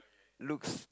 looks